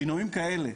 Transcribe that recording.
שינויים כאלה,